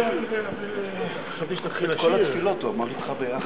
אני מזמין את חבר הכנסת ניסן סלומינסקי לבוא ולומר כמה מילות ברכה.